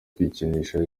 kwikinisha